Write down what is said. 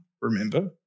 remember